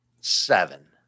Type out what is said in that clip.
Seven